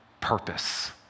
purpose